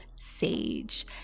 sage